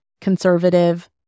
conservative